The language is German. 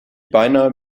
beinahe